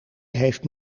heeft